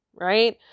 right